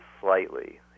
slightly